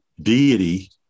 deity